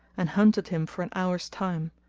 and hunted him for an hour's time,